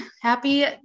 Happy